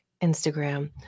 Instagram